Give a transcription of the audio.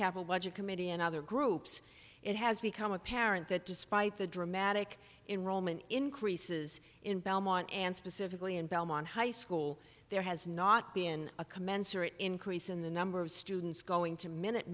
capital budget committee and other groups it has become apparent that despite the dramatic in roman increases in belmont and specifically in belmont high school there has not been a commensurate increase in the number of students going to minute